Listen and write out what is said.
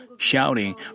shouting